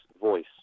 voice